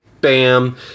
Bam